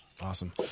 Awesome